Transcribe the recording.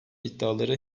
iddiaları